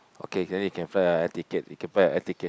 okay then you can buy a air ticket you can buy a air ticket